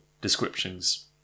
descriptions